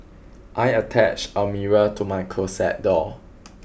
I attached a mirror to my closet door